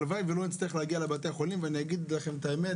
הלוואי שלא נצטרך להגיע לבתי החולים ואני אגיד לכם את האמת,